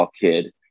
kid